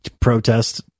protest